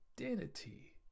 identity